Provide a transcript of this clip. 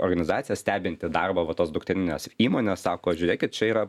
organizacija stebinti darbą va tos dukterinės įmonės sako žiūrėkit čia yra